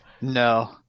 No